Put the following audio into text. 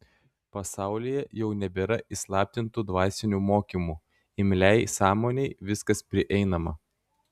pasaulyje jau nebėra įslaptintų dvasinių mokymų imliai sąmonei viskas prieinama